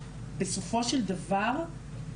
בסופו של דבר,